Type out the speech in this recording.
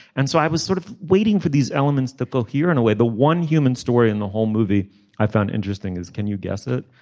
and so i was sort of waiting for these elements to cohere in a way the one human story in the whole movie i found interesting is can you guess it.